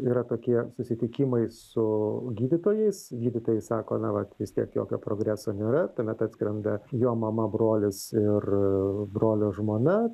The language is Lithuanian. yra tokie susitikimai su gydytojais gydytojai sako na va vis tiek jokio progreso nėra tuomet atskrenda jo mama brolis ir brolio žmona